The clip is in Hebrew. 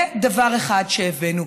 זה דבר אחד שהבאנו.